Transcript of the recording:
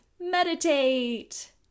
Meditate